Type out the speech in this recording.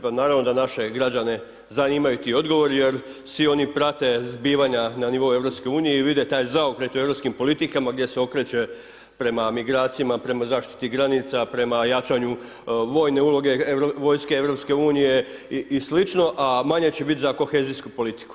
Pa naravno da naše građane zanimaju ti odgovori jer svi oni prate zbivanja na nivou EU i vide taj zaokret u europskim politikama gdje se okreće prema migracijama, prema zaštiti granica, prema jačanju vojne uloge vojske EU i sl., a manje će biti za kohezijsku politiku.